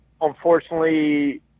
unfortunately